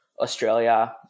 Australia